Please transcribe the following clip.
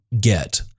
get